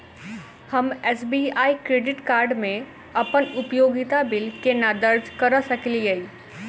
हम SBI credit card मे अप्पन उपयोगिता बिल केना दर्ज करऽ सकलिये?